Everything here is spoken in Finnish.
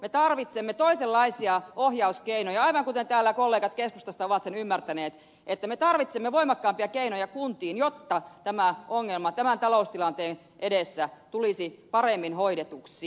me tarvitsemme toisenlaisia ohjauskeinoja aivan kuten täällä kollegat keskustasta ovat sen ymmärtäneet että me tarvitsemme voimakkaampia keinoja kuntiin jotta tämä ongelma tämän taloustilanteen edessä tulisi paremmin hoidetuksi